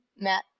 Matt